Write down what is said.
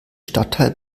stadtteil